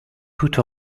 put